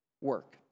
work